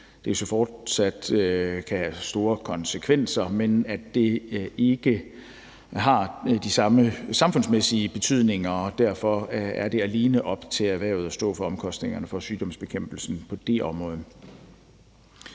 at det jo fortsat kan have store konsekvenser, men at det ikke har de samme samfundsmæssige betydninger, og derfor er det alene op til erhvervet at stå for omkostningerne for sygdomsbekæmpelsen på det område.